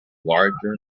larger